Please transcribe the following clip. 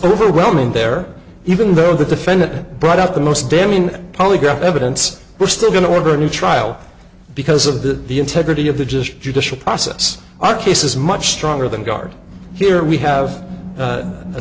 overwhelming there even though the defendant brought up the most damning polygraph evidence we're still going to order a new trial because of the the integrity of the just judicial process our case is much stronger than guard here we have